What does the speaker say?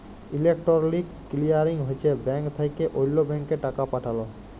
electronic clearing হছে bank থ্যাকে অল্য ব্যাংকে টাকা পাঠাল